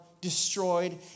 destroyed